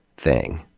thing.